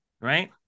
right